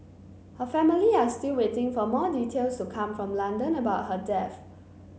her family are still waiting for more details to come from London about her death